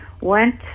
went